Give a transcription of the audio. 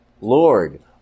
Lord